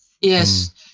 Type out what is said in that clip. yes